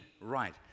right